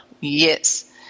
Yes